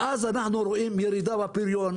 ואז אנחנו רואים ירידה בפריון.